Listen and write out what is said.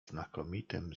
znakomitym